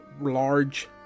large